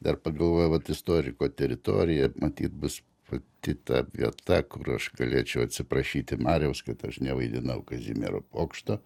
dar pagalvoju vat istoriko teritorija matyt bus pati ta vieta kur aš galėčiau atsiprašyti mariaus kad aš nevaidinau kazimiero pokšto